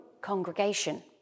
congregation